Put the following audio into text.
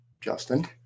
Justin